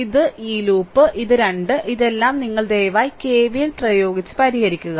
ഇത് ഈ ലൂപ്പ് ഈ രണ്ട് ഇതെല്ലാം നിങ്ങൾ ദയവായി K V L പ്രയോഗിച്ച് പരിഹരിക്കുക